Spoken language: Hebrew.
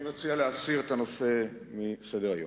אני מציע להסיר את הנושא מסדר-היום.